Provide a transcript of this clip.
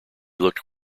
looked